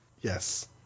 Yes